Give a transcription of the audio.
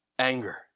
anger